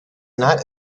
not